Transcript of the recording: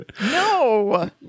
No